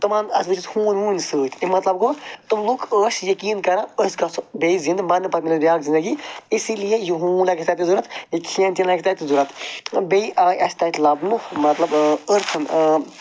تِمَن ہوٗنۍ ووٗنۍ سۭتۍ اَمیُک مطلب گوٚو تِم لُکھ ٲسۍ یقیٖن کران أسۍ گژھو بیٚیہِ زِندٕ مرنہٕ پتہٕ مِلہِ اَسہِ بیٛاکھ زندگی اِسی لیے یہِ ہوٗن لَگہِ اَسہِ تَتہِ ضوٚرَتھ یہِ کھٮ۪ن چٮ۪ن لَگہِ تَتہِ ضوٚرَتھ بیٚیہِ آیہِ اَسہِ تَتہِ لَبنہٕ مطلب أرتھَن